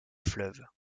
fleuve